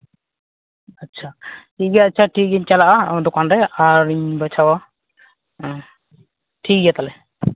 ᱚ ᱟᱪᱪᱷᱟ ᱴᱷᱤᱠ ᱜᱮᱭᱟ ᱟᱪᱪᱷᱟ ᱛᱤᱦᱤᱧ ᱜᱤᱧ ᱪᱟᱞᱟᱜᱼᱟ ᱫᱳᱠᱟᱱ ᱨᱮ ᱟᱨ ᱤᱧ ᱵᱟᱪᱷᱟᱣᱟ ᱦᱮᱸ ᱴᱷᱤᱠ ᱜᱮᱭᱟ ᱛᱟᱦᱚᱞᱮ